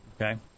okay